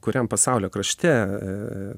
kuriam pasaulio krašte